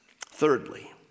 Thirdly